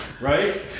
right